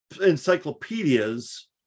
encyclopedias